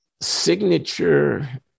signature